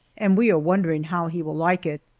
and we are wondering how he will like it.